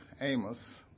Amos